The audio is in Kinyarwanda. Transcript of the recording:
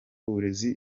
uburezi